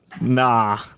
Nah